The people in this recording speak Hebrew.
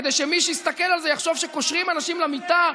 כדי שמי שיסתכל על זה יחשוב שקושרים אנשים למיטה,